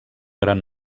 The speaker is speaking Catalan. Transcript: gran